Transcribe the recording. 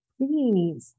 please